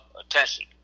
attention